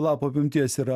lapų apimties yra